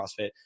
CrossFit